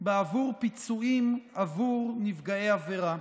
בעבור פיצויים עבור נפגעי עבירה.